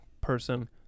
person